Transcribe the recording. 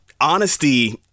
honesty